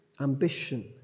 ambition